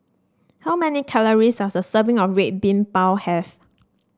how many calories does a serving of Red Bean Bao have